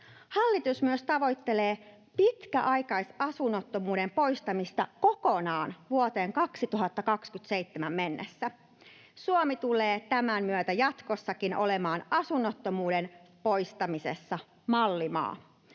Hallitus myös tavoittelee pitkäaikaisasunnottomuuden poistamista kokonaan vuoteen 2027 mennessä. Suomi tulee tämän myötä jatkossakin olemaan mallimaa asunnottomuuden poistamisessa.